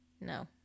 No